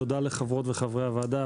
תודה לחברות וחברי הוועדה.